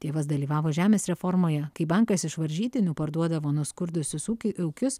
tėvas dalyvavo žemės reformoje kai bankas iš varžytinių parduodavo nuskurdusius ūki ūkius